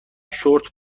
شرت